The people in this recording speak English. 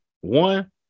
One